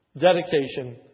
dedication